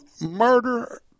murder